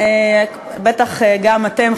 בטח גם אתם,